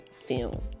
film